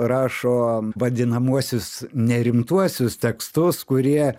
rašo vadinamuosius ne rimtuosius tekstus kurie